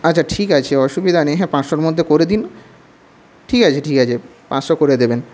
আচ্ছা ঠিক আছে অসুবিধা নেই হ্যাঁ পাঁচশোর মধ্যে করে দিন ঠিক আছে ঠিক আছে পাঁচশো করে দেবেন